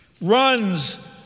runs